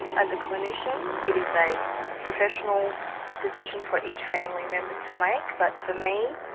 as a clinician. it is a professional decision for each family member to make, but for me,